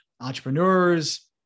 entrepreneurs